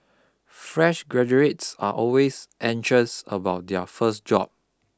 fresh graduates are always anxious about their first job